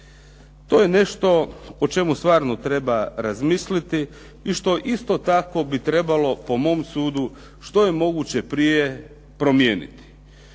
To je nešto o čemu stvarno treba razmisliti i što isto tako bi trebalo po mom sudu što je moguće prije promijeniti.